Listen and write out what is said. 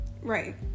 Right